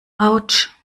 autsch